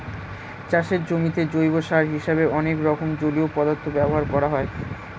চাষের জমিতে জৈব সার হিসেবে অনেক রকম জলীয় পদার্থ ব্যবহার করা হয়